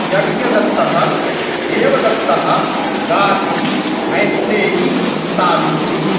यज्ञदत्तः देवदत्तः गार्गी मैत्रेयी सावित्री